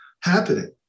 happening